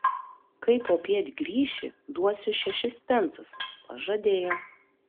kai popiet grįši duosiu šešis pensus pažadėjo